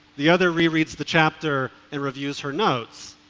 the other re-reads the chapter and reviews her notes.